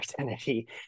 identity